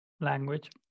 language